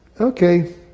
Okay